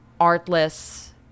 artless